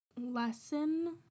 lesson